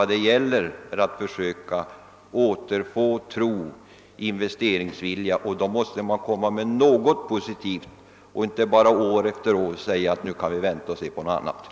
Det gäller att försöka få de norrländska jordbrukarna att återfå tron på framtiden och investeringsviljan, och då måste man komma med något positivt.